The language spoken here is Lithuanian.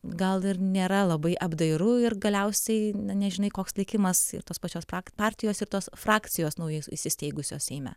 gal ir nėra labai apdairu ir galiausiai na nežinai koks likimas ir tos pačios partijos ir tos frakcijos naujai įsisteigusios seime